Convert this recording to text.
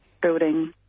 building